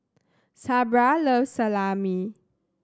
Sabra loves Salami